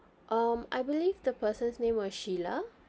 um I believe the person's name was sheila